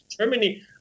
Germany